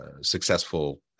successful